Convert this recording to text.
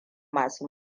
masu